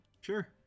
Sure